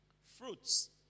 Fruits